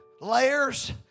Layers